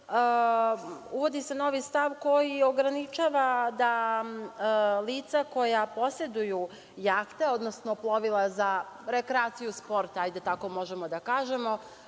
uvodi se novi stav koji ograničava da lica koja poseduju jahte, odnosno plovila za rekreaciju, sport, hajde, tako možemo da kažemo,